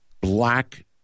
black